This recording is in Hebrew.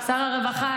שר הרווחה,